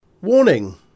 Warning